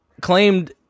claimed